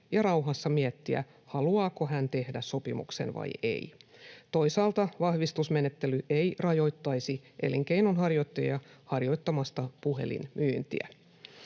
ja rauhassa miettiä, haluaako hän tehdä sopimuksen vai ei. Toisaalta vahvistusmenettely ei rajoittaisi elinkeinonharjoittajia harjoittamasta puhelinmyyntiä.